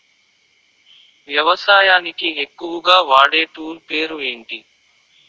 వ్యవసాయానికి ఎక్కువుగా వాడే టూల్ పేరు ఏంటి?